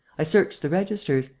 i searched the registers,